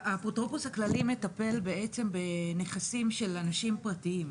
האפוטרופוס הכללי מטפל בעצם בנכסים של אנשים פרטיים,